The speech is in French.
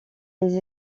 les